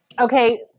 Okay